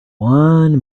one